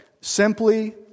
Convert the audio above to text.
simply